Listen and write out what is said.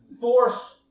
force